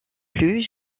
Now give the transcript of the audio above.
plus